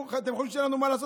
אתם חושבים שאין לנו מה לעשות?